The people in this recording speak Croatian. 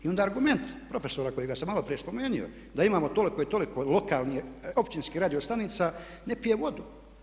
I onda argument profesora kojeg sam maloprije spomenuo da imamo toliko i toliko lokalnih općinskih radiostanica ne pije vodu.